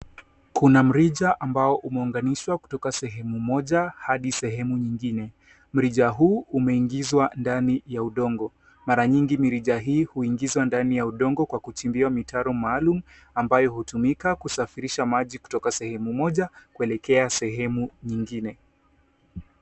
Kuna mrija ambao umeunganishwa kutoka sehemu moja hadi sehemu nyingine. Mrija huu umeingizwa ndani ya udongo, mara mingi mirija hii huingizwa ndani ya udongo kwa kuchimbiwa mitaro maalum amabayo hutumika kusafirisha maji kutoka sehemu moja kuelekea sehemu nyingine.